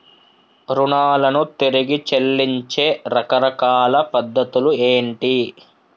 రుణాలను తిరిగి చెల్లించే రకరకాల పద్ధతులు ఏంటి?